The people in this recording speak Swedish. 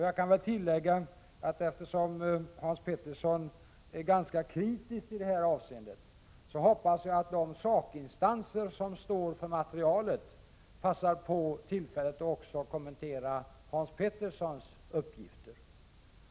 Jag kan tillägga, eftersom Hans Pettersson är ganska kritisk i detta avseende, att jag hoppas att de sakinstanser som står för materialet passar på tillfället att också kommentera Hans Petterssons uppgifter.